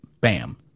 bam